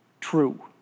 true